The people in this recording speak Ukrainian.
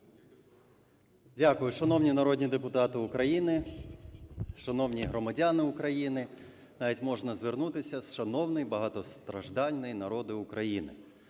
Дякую. Шановні народні депутати України, шановні громадяни України, навіть можна звернутися, шановний багатостраждальний народе України!